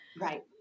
right